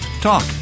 Talk